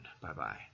Bye-bye